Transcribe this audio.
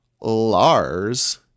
Lars